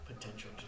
potential